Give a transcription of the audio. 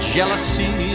Jealousy